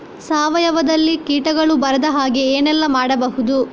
ಸಾವಯವದಲ್ಲಿ ಕೀಟಗಳು ಬರದ ಹಾಗೆ ಏನೆಲ್ಲ ಮಾಡಬಹುದು?